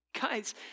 Guys